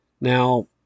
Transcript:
Now